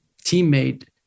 teammate